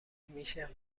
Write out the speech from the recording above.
میشه